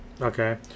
Okay